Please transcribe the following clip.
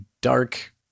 dark